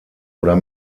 oder